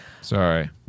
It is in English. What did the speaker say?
Sorry